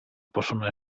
possono